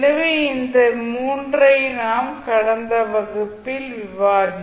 எனவே இந்த மூன்றை தான் கடந்த வகுப்பில் விவாதித்தோம்